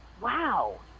wow